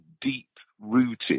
deep-rooted